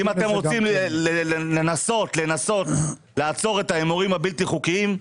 אם אתם רוצים לנסות לעצור את ההימורים הבלתי חוקיים,